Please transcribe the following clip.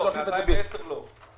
מ-2010 לא.